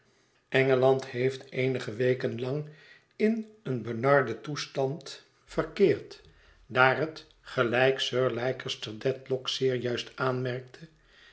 engeland heeft eenige weken lang in een benarden toestand verkeerd daar het gelijk sir leicester dedlock zeer juist aanmerkte